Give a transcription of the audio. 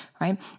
right